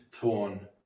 torn